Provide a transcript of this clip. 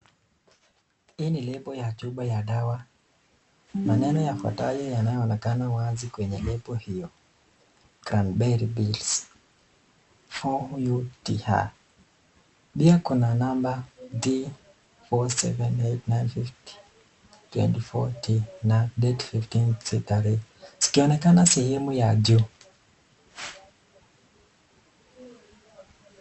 Hii ni lebo ya chupa ya dawa, maneno yafuatayo yanayoonekana wazi kwenye lebo hiyo Cranberry Juice for UTI ,pia kuna namba T47895024T na Date 15 tarehe zikionekana sehemu ya juu.